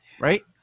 right